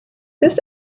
this